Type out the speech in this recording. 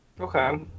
Okay